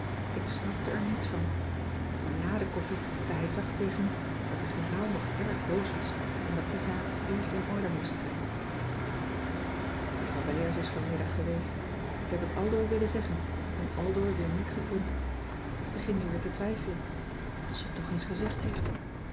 ik snapte er niets van maar nà de koffie zei hij zacht tegen me dat de generaal nog erg boos was en dat die zaak eerst in orde moest zijn juffrouw wijers is vanmiddag geweest ik heb het aldoor willen zeggen en aldoor weer niet gekund k begin nu weer te twijfelen als ze het toch eens gezegd heeft